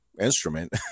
instrument